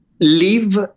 live